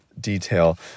detail